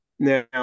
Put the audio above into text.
Now